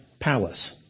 palace